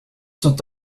sont